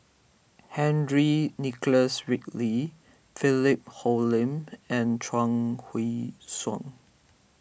Henry Nicholas Ridley Philip Hoalim and Chuang Hui Tsuan